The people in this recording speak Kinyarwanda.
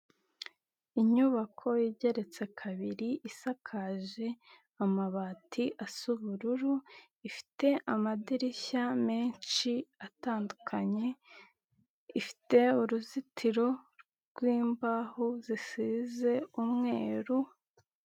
Inyubako igeretse kabiri isakaje amabati asa ubururu, ifite amadirishya menshi atandukanye, ifite uruzitiro rw'imbaho zisize umweru.